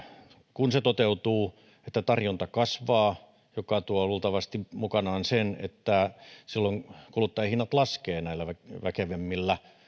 kun se toteutuu että tarjonta kasvaa mikä tuo luultavasti mukanaan sen että silloin kuluttajahinnat laskevat näillä väkevämmillä